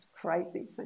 crazy